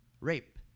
rape